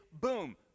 boom